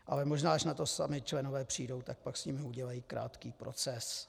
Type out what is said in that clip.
Ale možná, až na to sami členové přijdou, tak pak s nimi udělají krátký proces.